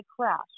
crash